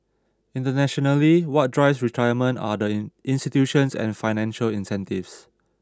internationally what drives retirement are the in institutions and financial incentives